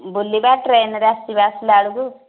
ବୁଲିବା ଟ୍ରେନ ରେ ଆସିବା ଆସିଲା ବେଳକୁ